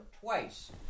twice